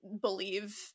believe